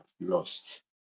lost